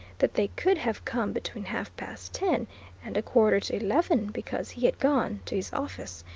that they could have come between half-past ten and a quarter to eleven because he had gone to his office,